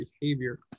behavior